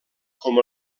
com